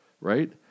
right